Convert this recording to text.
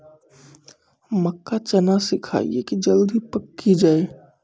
मक्का चना सिखाइए कि जल्दी पक की जय?